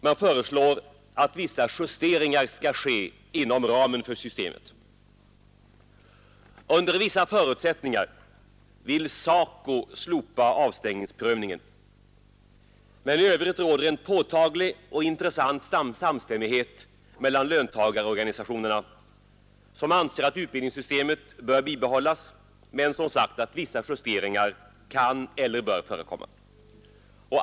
Man föreslår att vissa justeringar skall ske inom ramen för systemet. Under vissa förutsättningar vill SACO slopa avstängningsprövningen, men i övrigt råder påtaglig och intressant samstämmighet mellan löntagarorganisationerna som anser att utbildningssystemet bör bibehållas, låt vara att vissa justeringar kan eller bör förekomma.